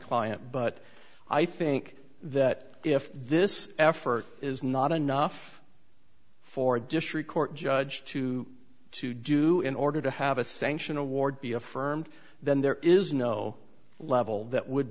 client but i think that if this effort is not enough for district court judge two to do in order to have a sanction award be affirmed then there is no level that would